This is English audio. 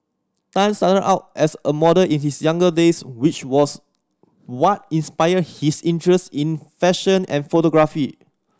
Tan started out as a model in his younger days which was what inspired his interest in fashion and photography